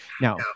Now